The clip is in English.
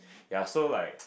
ya so like